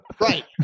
Right